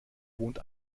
wohnt